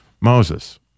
moses